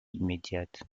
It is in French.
immédiate